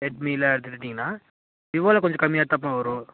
ரெட்மியில் எடுத்துக்கிட்டிங்கன்னால் விவோவில் கொஞ்சம் கம்மியாகத்தான்பா வரும்